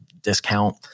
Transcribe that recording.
discount